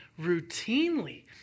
routinely